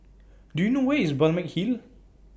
Do YOU know Where IS Balmeg Hill